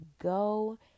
go